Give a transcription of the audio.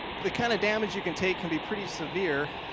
the kind of damage you can take can be pretty severe.